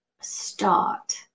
start